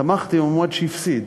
ותמכתי במועמד שהפסיד,